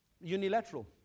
unilateral